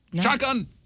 Shotgun